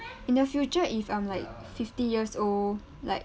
in the future if I'm like fifty years old like